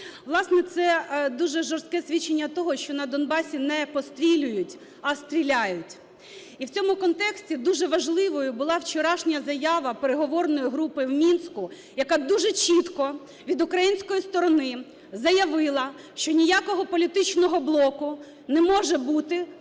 Власне, це дуже жорстке свідчення того, що на Донбасі не "пострілюють", а стріляють. І в цьому контексті дуже важливою була вчорашня заява переговорної групи у Мінську, яка дуже чітко від української сторони заявила, що ніякого політичного блоку не може бути без